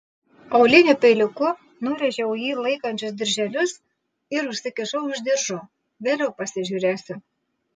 auliniu peiliuku nurėžiau jį laikančius dirželius ir užsikišau už diržo vėliau pasižiūrėsiu